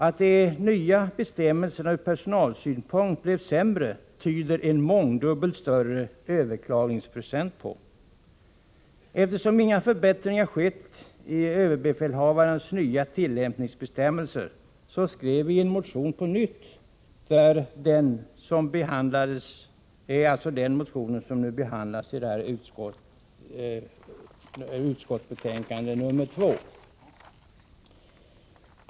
Att de nya bestämmelserna blev sämre ur personalsynpunkt tyder en mångdubbelt större överklagningsprocent på. Eftersom inga förbättringar skett i ÖB:s nya tillämpningsbestämmelser, skrev vi på nytt en motion, och det är den som behandlas i försvarsutskottets betänkande 2.